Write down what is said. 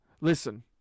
Listen